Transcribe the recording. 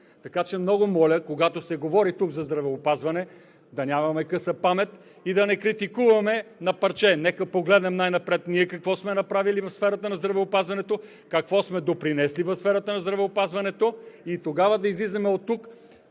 Така че, много моля, когато се говори тук за здравеопазване, да нямаме къса памет и да не критикуваме на парче. Нека погледнем най-напред ние какво сме направили в сферата на здравеопазването, с какво сме допринеси в сферата на здравеопазването и тогава да излизаме тук